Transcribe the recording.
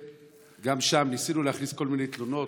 וגם שם ניסינו להכניס כל מיני תלונות,